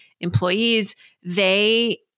employees—they